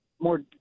more